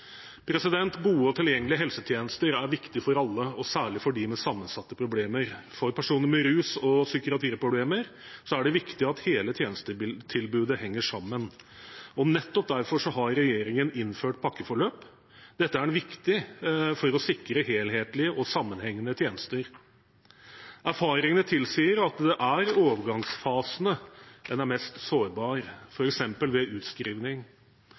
Gode og tilgjengelige helsetjenester er viktig for alle, og særlig for dem med sammensatte problemer. For personer med rus- og psykiatriproblemer er det viktig at hele tjenestetilbudet henger sammen. Nettopp derfor har regjeringen innført pakkeforløp. Dette er viktig for å sikre helhetlige og sammenhengende tjenester. Erfaringene tilsier at det er i overgangsfasene en er mest sårbar, f.eks. ved utskrivning.